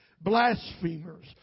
blasphemers